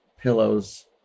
pillows